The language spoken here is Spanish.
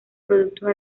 productos